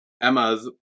Emma's